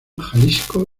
jalisco